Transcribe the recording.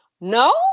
No